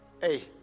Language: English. Hey